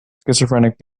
schizophrenic